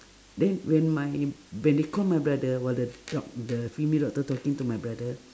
then when my when they call my brother while the doc~ the female doctor talking to my brother